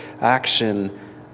action